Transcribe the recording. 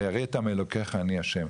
ויראת מאלוקיך אני השם',